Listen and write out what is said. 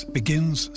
begins